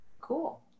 cool